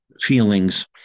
feelings